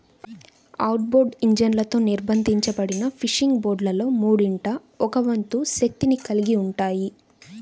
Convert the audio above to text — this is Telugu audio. ఔట్బోర్డ్ ఇంజన్లతో నిర్బంధించబడిన ఫిషింగ్ బోట్లలో మూడింట ఒక వంతు శక్తిని కలిగి ఉంటాయి